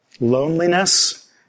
loneliness